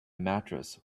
mattress